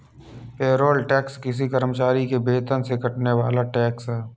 payroll tax किसी कर्मचारी के वेतन से कटने वाला टैक्स है